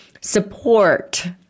support